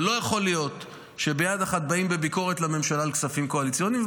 אבל לא יכול להיות שביד אחת באים בביקורת לממשלה על כספים קואליציוניים,